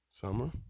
Summer